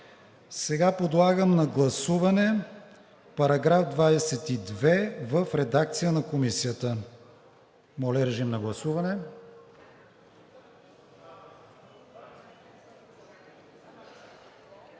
Сега подлагам на гласуване § 22 в редакция на Комисията. Моля, режим на гласуване.